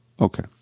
Okay